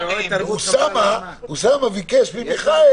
אוסאמה ביקש ממיכאל